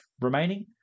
remaining